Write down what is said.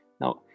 Now